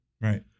Right